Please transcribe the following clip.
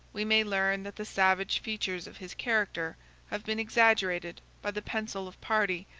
we may learn that the savage features of his character have been exaggerated by the pencil of party,